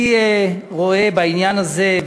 אני רואה בעניין הזה,